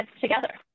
together